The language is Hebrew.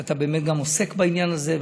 אתה באמת גם עוסק בעניין הזה,